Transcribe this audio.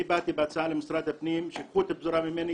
אני באתי בהצעה למשרד הפנים שייקחו את הפזורה ממני,